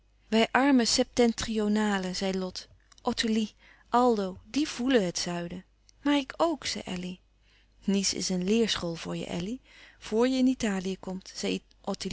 wij arme septentrionalen zei lot ottilie aldo diè voelen het zuiden maar ik ook zei elly nice is een leerschool voor je elly vor je in italië komt